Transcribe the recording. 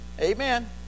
Amen